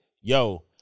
yo